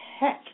heck